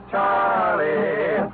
Charlie